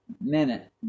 minute